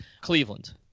Cleveland